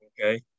Okay